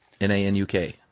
N-A-N-U-K